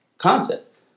Concept